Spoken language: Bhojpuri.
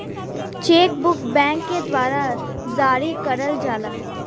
चेक बुक बैंक के द्वारा जारी करल जाला